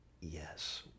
Yes